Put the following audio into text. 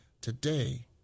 today